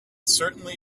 certainly